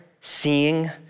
seeing